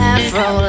Afro